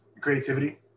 creativity